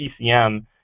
PCM